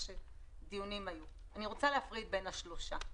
אני רוצה להפריד בין השלושה.